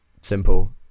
simple